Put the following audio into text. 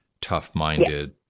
tough-minded